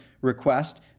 request